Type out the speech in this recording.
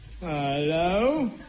Hello